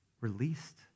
released